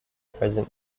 present